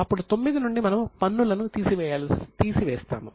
ఇప్పుడు IX నుండి మనము పన్నులను తీసి వేస్తాము